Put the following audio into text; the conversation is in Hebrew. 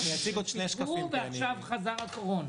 פוטרו, ועכשיו חזרה הקורונה.